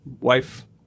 wife